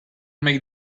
make